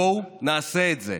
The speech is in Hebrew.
בואו נעשה את זה.